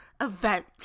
event